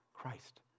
Christ